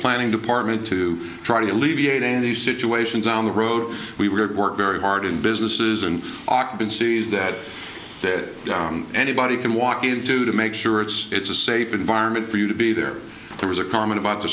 planning department to try to alleviate in these situations on the road we were very hard in businesses and occupancies that that anybody can walk into to make sure it's it's a safe environment for you to be there there was a comment about the